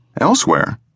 elsewhere